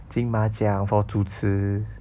金马奖 for 主持